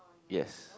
yes